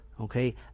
Okay